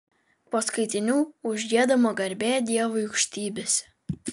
po skaitinių užgiedama garbė dievui aukštybėse